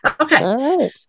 okay